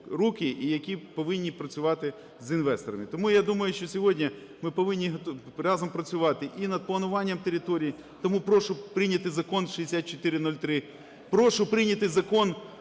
руки і які повинні працювати з інвесторами. Тому я думаю, що сьогодні ми повинні разом працювати і над плануванням територій. Тому прошу прийняти Закон 6403, прошу прийняти Закон